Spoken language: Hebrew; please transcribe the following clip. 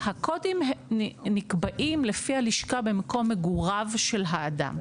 הקודים נקבעים לפי הלשכה במקום מגוריו של האדם.